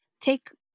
take